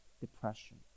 depression